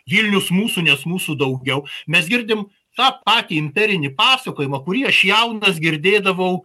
vilnius mūsų nes mūsų daugiau mes girdim tą patį imperinį pasakojimą kurį aš jaunas girdėdavau